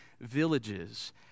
villages